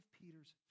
Peter's